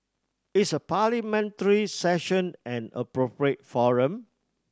is a Parliamentary Session an appropriate forum